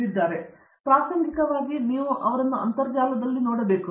ಮತ್ತು ಪ್ರಾಸಂಗಿಕವಾಗಿ ನೀವು ಅವರನ್ನು ಅಂತರ್ಜಾಲದಲ್ಲಿ ನೋಡಬೇಕು